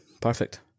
perfect